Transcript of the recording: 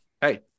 hey